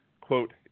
quote